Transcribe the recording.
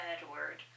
Edward